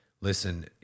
listen